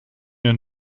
hun